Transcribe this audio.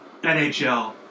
NHL